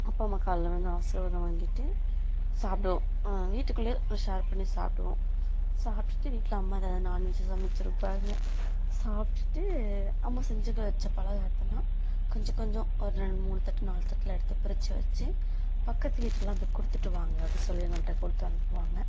அப்பா அம்மா காலில் விழுந்து ஆசிர்வாதம் வாங்கிட்டு சாப்பிடுவோம் வீட்டுக்குள்ளே ஷேர் பண்ணி சாப்பிடுவோம் சாப்பிட்டுட்டு வீட்டில் அம்மா எதா நான்வெஜ் சமைத்திருப்பாங்க சாப்பிட்டுட்டு அம்மா செஞ்சு வச்ச பலகாரத்தெல்லாம் கொஞ்சம் கொஞ்சம் ஒரு ரெண்டுமூணு தட்டு நாலு தட்டில் எடுத்து பிரித்து வச்சு பக்கத்து வீட்டில் அது கொடுத்துட்டு வாங்க அப்படி சொல்லி எங்கள்கிட்ட கொடுத்து அனுப்புவாங்க